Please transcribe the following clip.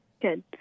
Good